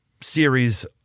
series